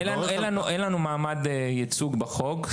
אין לנו מעמד ייצוג בחוק.